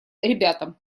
ребятам